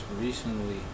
recently